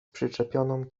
przyczepioną